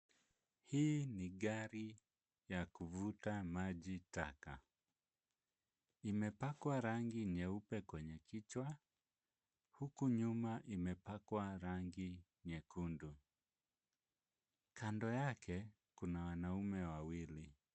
Hii ni gari ya kuvuta maji taka, imepakwa rangi nyeupe kwenye kichwa, huku nyuma imepakwa rangi nyekundu. Kando yake kuna wanaume wawili.